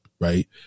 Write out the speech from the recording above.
Right